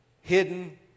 hidden